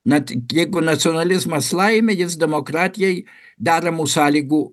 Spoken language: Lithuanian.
net jeigu nacionalizmas laimi jis demokratijai deramų sąlygų